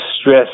stress